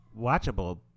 watchable